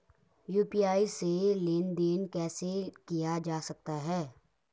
UPI से लेनदेन कैसे किया जा सकता है?